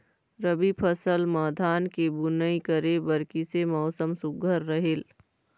रबी फसल म धान के बुनई करे बर किसे मौसम सुघ्घर रहेल?